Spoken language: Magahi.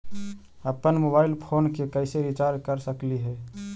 अप्पन मोबाईल फोन के कैसे रिचार्ज कर सकली हे?